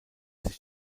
sich